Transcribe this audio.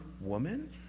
woman